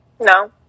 No